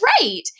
Right